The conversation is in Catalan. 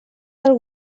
del